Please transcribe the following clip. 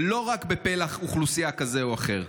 ולא רק בפלח אוכלוסייה כזה או אחר?